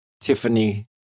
Tiffany